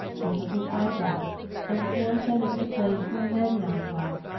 they took his eyebrows and formed them into the place where men now dwell,